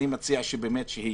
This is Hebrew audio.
אני מסכים אתכם שמה